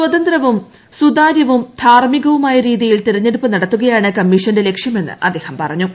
സ്വതന്ത്രവും സുതാര്യവും ധാർമ്മികവുമായ രീതിയിൽ തെരഞ്ഞെടുപ്പ് നടത്തുകയാണ് കമ്മീഷന്റെ ലക്ഷ്യമെന്ന് അദ്ദേഹം പറഞ്ഞു